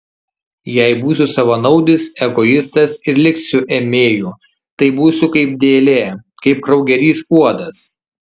jei būsiu savanaudis egoistas ir liksiu ėmėju tai būsiu kaip dėlė kaip kraugerys uodas